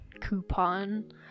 coupon